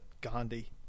Gandhi